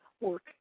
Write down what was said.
work